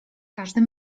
każdym